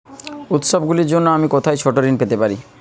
উত্সবগুলির জন্য আমি কোথায় ছোট ঋণ পেতে পারি?